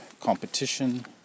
Competition